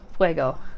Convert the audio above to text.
Fuego